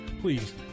Please